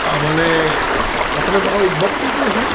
মানে অসমীয়া ভাষাৰ উদ্ভৱ ক'ৰ পৰা হৈছিলে